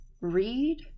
read